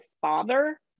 father